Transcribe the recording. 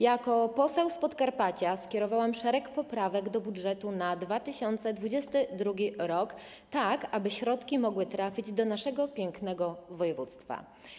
Jako poseł z Podkarpacia zgłosiłam szereg poprawek do budżetu na 2022 r., tak aby środki mogły trafić do naszego pięknego województwa.